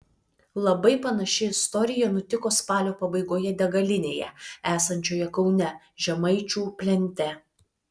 labai panaši istorija nutiko spalio pabaigoje degalinėje esančioje kaune žemaičių plente